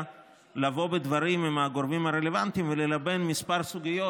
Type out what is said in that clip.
בדברים עם הגורמים הרלוונטיים וללבן כמה סוגיות,